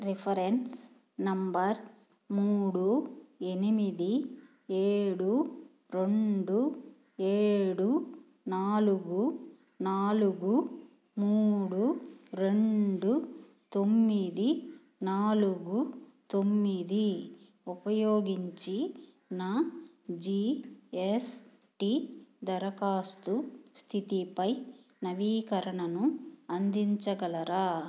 reference number మూడు ఎనిమిది ఏడు రెండు ఏడు నాలుగు నాలుగు మూడు రెండు తొమ్మిది నాలుగు తొమ్మిది ఉపయోగించి నా జీ ఎస్ టీ దరఖాస్తు స్థితిపై నవీకరణను అందించగలరా